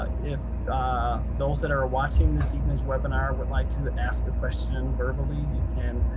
ah if ah those that are are watching this evening's webinar would like to ask a question verbally, you can